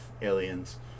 aliens